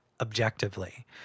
objectively